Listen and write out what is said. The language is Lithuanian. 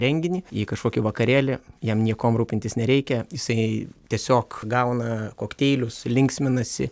renginį į kažkokį vakarėlį jam niekuom rūpintis nereikia jisai tiesiog gauna kokteilius linksminasi